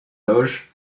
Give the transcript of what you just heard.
loges